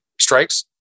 strikes